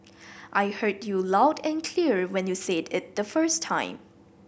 I heard you loud and clear when you said it the first time